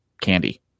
Candy